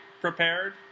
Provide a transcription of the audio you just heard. prepared